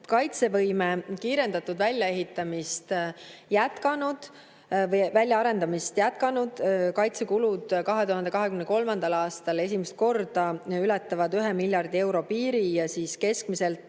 kaitsevõime kiirendatud väljaarendamist jätkanud. Kaitsekulud 2023. aastal esimest korda ületavad 1 miljardi euro piiri ja siis keskmiselt